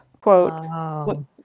quote